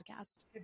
podcast